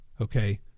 Okay